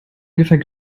ungefähr